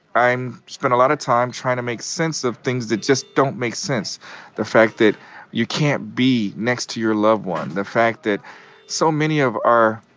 i'm spending a lot of time trying to make sense of things that just don't make sense the fact that you can't be next to your loved one the fact that so many of our